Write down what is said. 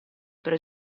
per